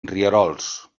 rierols